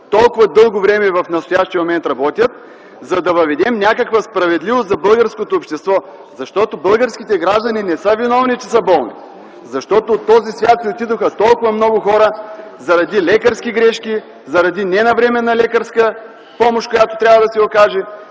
толкова дълго време, и в настоящия момент, работят, за да въведем някаква справедливост за българското общество? Българските граждани не са виновни, че са болни. От този свят си отидоха толкова много хора заради лекарски грешки, заради ненавременна лекарска помощ, която трябва да се окаже!